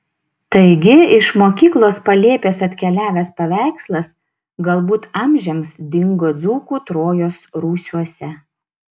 taigi iš mokyklos palėpės atkeliavęs paveikslas galbūt amžiams dingo dzūkų trojos rūsiuose